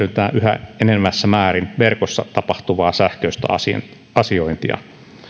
yhä enenevässä määrin verkossa tapahtuvaa sähköistä asiointia